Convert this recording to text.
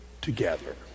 together